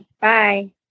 Bye